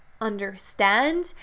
understand